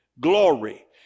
glory